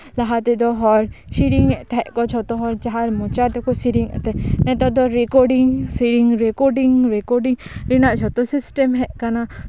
ᱞᱟᱦᱟ ᱛᱮᱫᱚ ᱦᱚᱲ ᱥᱤᱨᱤᱧᱮᱜ ᱛᱟᱦᱮᱸᱫ ᱠᱚ ᱡᱷᱚᱛᱚ ᱦᱚᱲ ᱡᱟᱦᱟᱸᱭ ᱢᱚᱪᱟ ᱛᱮᱠᱚ ᱥᱮᱨᱮᱧᱮᱫ ᱛᱟᱦᱮᱸᱫ ᱱᱮᱛᱟᱨ ᱫᱚ ᱨᱮᱠᱳᱰᱤᱝ ᱥᱮᱨᱮᱧ ᱨᱮᱠᱳᱰᱤᱝ ᱨᱮᱠᱳᱰᱤᱝ ᱨᱮᱱᱟᱜ ᱡᱷᱚᱛᱚ ᱥᱤᱥᱴᱮᱢ ᱦᱮᱡ ᱠᱟᱱᱟ